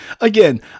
Again